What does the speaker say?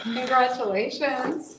Congratulations